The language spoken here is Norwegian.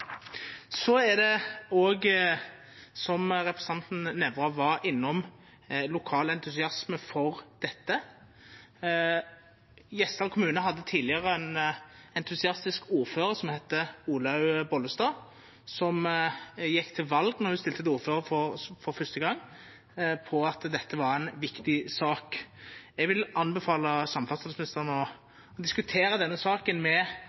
Så er det òg, som representanten Nævra var innom, lokal entusiasme for dette. Gjesdal kommune hadde tidlegare ein entusiastisk ordførar som heitte Olaug Bollestad, som då ho stilte som ordførarkandidat for første gong, gjekk til val på at dette var ei viktig sak. Eg vil anbefala samferdselsministeren å diskutera denne saka med